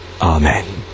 amen